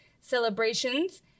celebrations